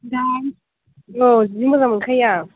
औ जि मोजां मोनखायो आं